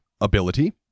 ability